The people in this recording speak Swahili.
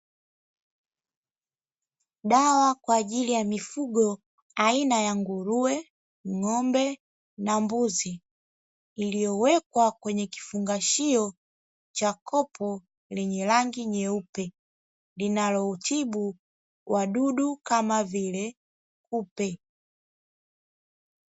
Dawa kwa ajili ya mifugo aina ya nguruwe, ng’ombe na mbuzi. Iliowekwa kwenye kifungashio cha kopo lenye rangi nyeupe linalotibu wadudu kama vile kupe.